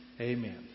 Amen